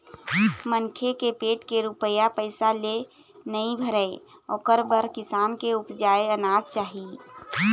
मनखे के पेट के रूपिया पइसा ले नइ भरय ओखर बर किसान के उपजाए अनाज चाही